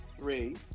Three